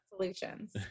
solutions